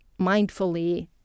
mindfully